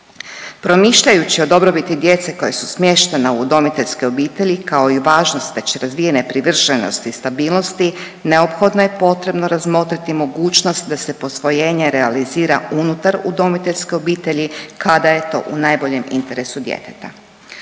Promišljajući o dobrobiti djece koja su smještena u udomiteljske obitelji, kao i važnost već razvijene privrženosti i stabilnosti neophodno je potrebno razmotriti mogućnost da se posvojenje realizira unutar udomiteljske obitelji kada je to u najboljem interesu djeteta.